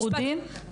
הייתם פרודים?